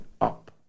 up